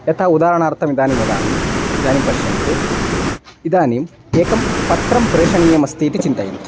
यथा उदाहरणार्थम् इदानीं वदामि इदानीं पश्यन्तु इदानीम् एकं पत्रं प्रेषणीयम् अस्ति इति चिन्तयन्तु